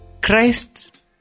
Christ